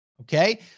Okay